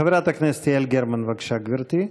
חברת הכנסת יעל גרמן, בבקשה, גברתי.